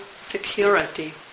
security